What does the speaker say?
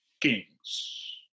kings